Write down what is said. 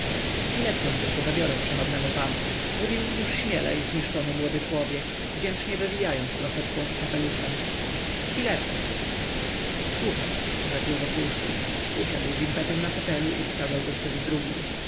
chwileczkę tylko zabiorę szanownemu panu mówił już śmielej zniszczony młody człowiek wdzięcznie wywijając laseczką i kapeluszem chwileczkę słucham rzekł wokulski usiadł z impetem na fotelu i wskazał gościowi drugi